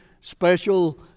special